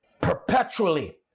perpetually